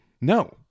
No